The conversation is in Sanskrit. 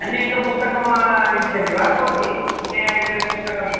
अन्येकं पुस्तकम् इच्छति वा भवति अन्येकं पुस्तकम्